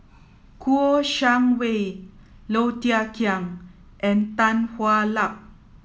Kouo Shang Wei Low Thia Khiang and Tan Hwa Luck